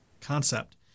concept